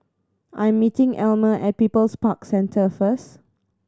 I'm meeting Elma at People's Park Centre first